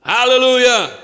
Hallelujah